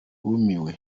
uva